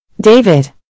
David